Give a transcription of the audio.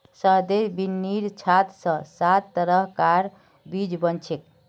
शहदेर बिन्नीर छात स सात तरह कार चीज बनछेक